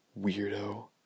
Weirdo